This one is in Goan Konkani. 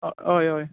हय हय